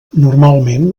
normalment